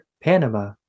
Panama